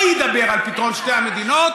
הוא ידבר על פתרון שתי המדינות,